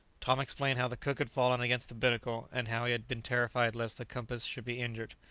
tom explained how the cook had fallen against the binnacle, and how he had been terrified lest the compass should be injured.